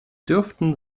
dürften